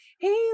hey